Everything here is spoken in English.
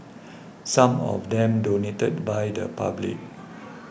some of them donated by the public